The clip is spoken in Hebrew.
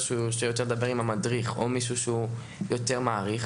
הוא ירצה לדבר עם המדריך או עם מישהו שהוא יותר מעריך.